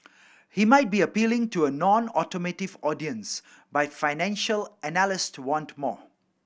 he might be appealing to a nonautomotive audience but financial analyst to want more